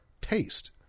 taste